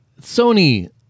Sony